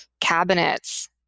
cabinets